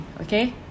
Okay